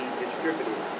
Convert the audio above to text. distributed